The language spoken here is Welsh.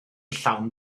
llawn